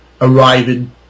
arriving